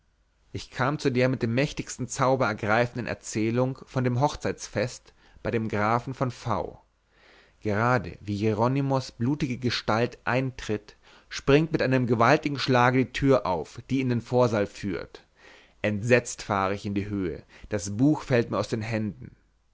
ich kam zu der mit dem mächtigsten zauber ergreifenden erzählung von dem hochzeitsfest bei dem grafen von v gerade wie jeronimos blutige gestalt eintritt springt mit einem gewaltigen schlage die tür auf die in den vorsaal führt entsetzt fahre ich in die höhe das buch fällt mir aus den händen